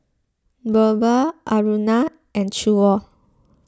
Birbal Aruna and Choor